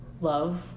love